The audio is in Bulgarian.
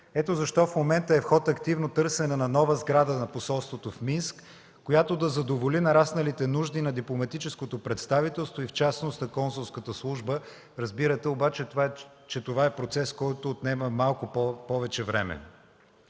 Ето защо в момента е в ход активно търсене на нова сграда за посолството в Минск, която да задоволи нарасналите нужди на дипломатическото представителство и в частност на консулската служба. Разбирате, че това обаче е процес, който отнема малко повече време.